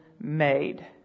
made